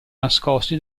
nascosti